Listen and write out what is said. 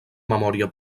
memòria